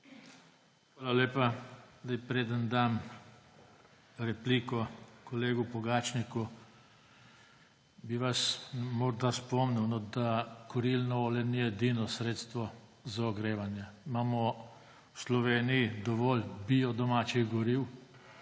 Hvala lepa. Preden dam repliko kolegu Pogačniku, bi vas morda spomnil, da kurilno olje ni edino sredstvo za ogrevanje. Imamo v Sloveniji dovolj bio domačih goriv